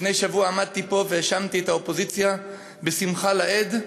לפני שבוע עמדתי פה והאשמתי את האופוזיציה בשמחה לאיד,